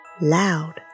Loud